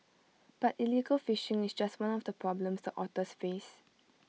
but illegal fishing is just one of the problems the otters face